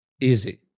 easy